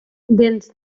dents